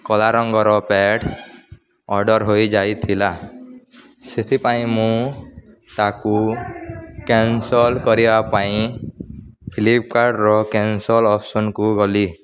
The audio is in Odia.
କଲା ରଙ୍ଗର ପ୍ୟାଣ୍ଟ ଅର୍ଡ଼ର୍ ହୋଇଯାଇଥିଲା ସେଥିପାଇଁ ମୁଁ ତାକୁ କ୍ୟାନ୍ସଲ୍ କରିବା ପାଇଁ ଫ୍ଲିପକାର୍ଟର କ୍ୟାନ୍ସଲ୍ ଅପସନ୍କୁ ଗଲି